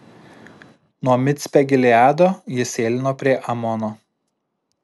nuo micpe gileado jis sėlino prie amono